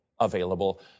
available